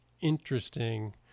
interesting